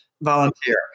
volunteer